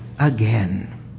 again